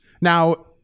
Now